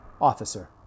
Officer